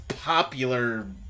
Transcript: popular